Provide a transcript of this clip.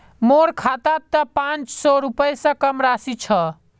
मोर खातात त पांच सौ रुपए स कम राशि छ